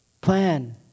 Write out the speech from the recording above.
plan